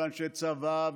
אנשי צבא,